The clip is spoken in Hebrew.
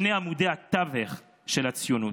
שני עמודי התווך של הציונות.